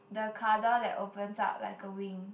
the car door that opens up like a wing